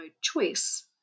choice